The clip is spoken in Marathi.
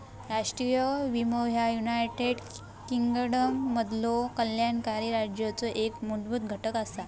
राष्ट्रीय विमो ह्या युनायटेड किंगडममधलो कल्याणकारी राज्याचो एक मूलभूत घटक असा